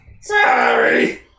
Sorry